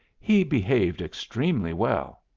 he behaved extremely well.